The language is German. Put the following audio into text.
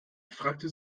fragte